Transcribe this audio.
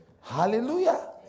hallelujah